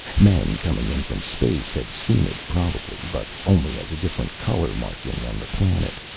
men coming in from space had seen it, probably, but only as a different color-marking on the planet.